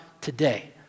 Today